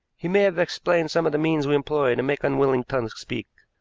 he may have explained some of the means we employ to make unwilling tongues speak.